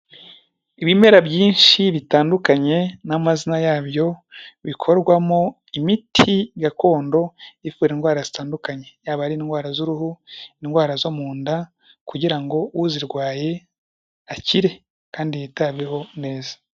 Ibimera byinshi bitandukanye n'amazina yabyo bikorwamo imiti gakondo ivura indwara zitandukanye yaba ari indwara z'uruhu, indwara zo mu nda kugira ngo uzirwaye akire kandi yitabeho neza.